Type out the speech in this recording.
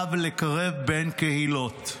חייו לקרב בין קהילות,